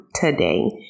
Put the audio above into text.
Today